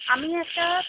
আমি একটা